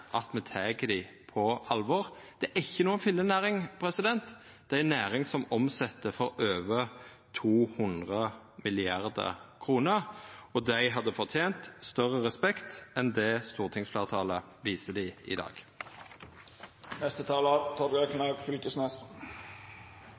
at me tek dei på alvor. Det er ikkje noka fillenæring. Det er ei næring som omset for over 200 mrd. kr, og ho hadde fortent større respekt enn det stortingsfleirtalet viser ho i